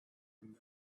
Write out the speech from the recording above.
from